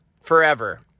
forever